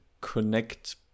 connect